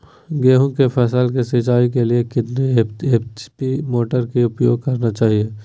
गेंहू की फसल के सिंचाई के लिए कितने एच.पी मोटर का उपयोग करना चाहिए?